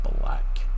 black